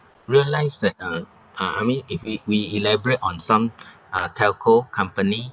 realised that uh uh I mean if we we elaborate on some uh telco company